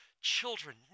children